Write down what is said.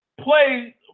play